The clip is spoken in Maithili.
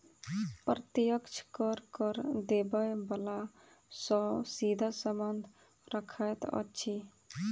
प्रत्यक्ष कर, कर देबय बला सॅ सीधा संबंध रखैत अछि